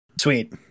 sweet